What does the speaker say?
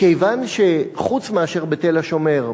כיוון שחוץ מאשר ב"תל השומר",